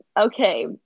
Okay